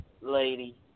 lady